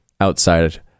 outside